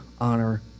honor